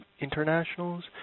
internationals